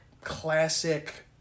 classic